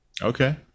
Okay